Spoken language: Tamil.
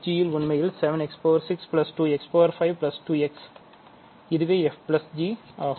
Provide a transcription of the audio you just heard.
fg உண்மையில் 7 x 6 2 x 5 2 x ஆகும் இதுவே fg ஆகும்